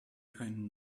keinen